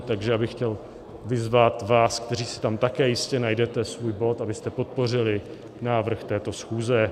Takže bych chtěl vyzvat vás, kteří si tam také jistě najdete svůj bod, abyste podpořili návrh této schůze.